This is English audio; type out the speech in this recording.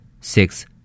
Six